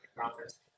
conference